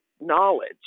knowledge